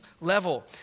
level